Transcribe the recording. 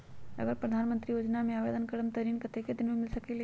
अगर प्रधानमंत्री योजना में आवेदन करम त ऋण कतेक दिन मे मिल सकेली?